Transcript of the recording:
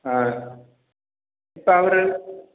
ஆ இப்போ அவர்